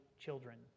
children